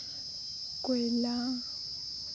ᱠᱚᱭᱞᱟ